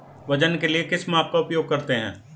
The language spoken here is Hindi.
वजन के लिए किस माप का उपयोग करते हैं?